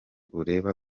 ureba